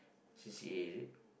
C_C_A is it